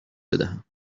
بدهم